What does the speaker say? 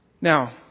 Now